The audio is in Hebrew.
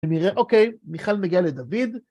כנראה, אוקיי, מיכל מגיעה לדוד.